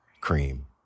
Cream